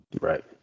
Right